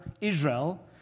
Israel